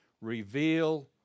reveal